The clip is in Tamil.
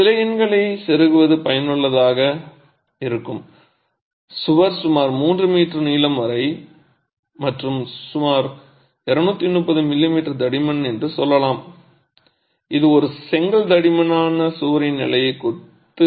சில எண்களைச் செருகுவது பயனுள்ளதாக இருக்கும் சுவர் சுமார் 3 மீட்டர் நீளம் மற்றும் சுமார் 230 மிமீ தடிமன் என்று சொல்லலாம் இது ஒரு செங்கல் தடிமனான சுவரின் நிலையான கொத்து சுவர் தடிமன் ஆகும்